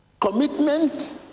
commitment